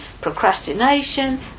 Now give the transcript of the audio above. procrastination